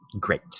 great